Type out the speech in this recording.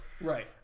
right